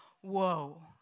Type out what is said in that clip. whoa